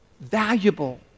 Valuable